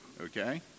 Okay